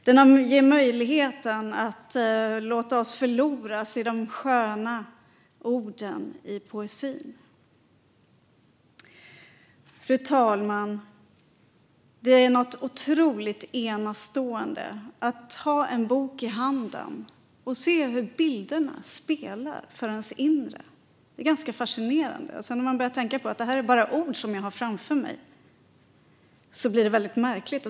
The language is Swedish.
Den ger oss möjligheten att låta oss förloras i de sköna orden i poesin. Fru talman! Det är något otroligt enastående att ha en bok i handen och se hur bilderna spelar för ens inre. Det är ganska fascinerande. När man sedan börjar tänka att detta bara är ord som jag har framför mig blir det väldigt märkligt.